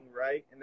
right